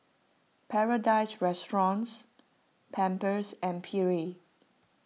Paradise Restaurants Pampers and Perrier